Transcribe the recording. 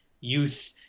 youth